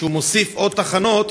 כשהוא מוסיף עוד תחנות,